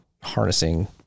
harnessing